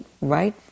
right